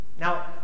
Now